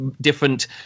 different